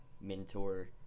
mentor